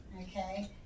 Okay